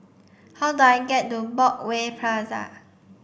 how do I get to Broadway Plaza